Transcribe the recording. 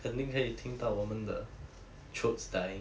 肯定可以听到我们的 throats dying